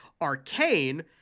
Arcane